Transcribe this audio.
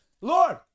Lord